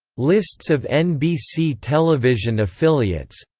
lists of nbc television affiliates